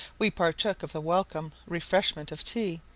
we partook of the welcome refreshment of tea,